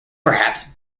perhaps